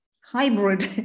hybrid